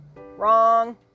Wrong